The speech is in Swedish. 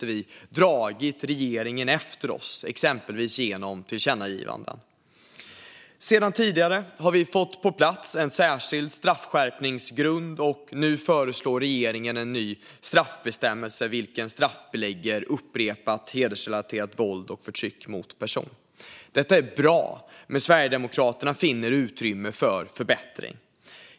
Vi har dragit regeringen efter oss, exempelvis genom tillkännagivanden. Sedan tidigare har vi fått på plats en särskild straffskärpningsgrund, och nu föreslår regeringen en ny straffbestämmelse vilken straffbelägger upprepat hedersrelaterat våld och förtryck mot person. Detta är bra, men Sverigedemokraterna finner att det finns utrymme för förbättring.